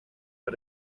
but